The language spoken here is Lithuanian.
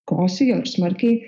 kosėjo ir smarkiai